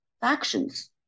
factions